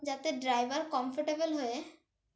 যাতে driver comfortable হয়ে